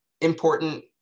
important